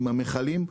עם המכלים,